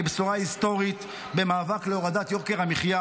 בשורה היסטורית במאבק להורדת יוקר המחיה